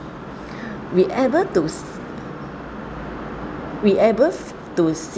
we able to we able to